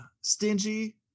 stingy